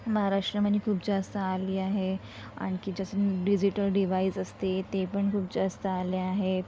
महाराष्ट्रामध्ये खूप जास्त आली आहे आणखी जसं डिजिटल डिव्हाईस असते ते पण खूप जास्त आले आहे